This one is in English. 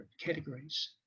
categories